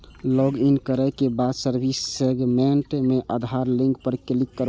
login करै के बाद सर्विस सेगमेंट मे आधार लिंक पर क्लिक करू